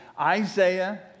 Isaiah